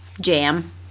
jam